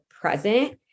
present